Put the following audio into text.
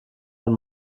ein